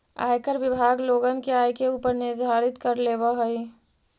आयकर विभाग लोगन के आय के ऊपर निर्धारित कर लेवऽ हई